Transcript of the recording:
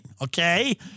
okay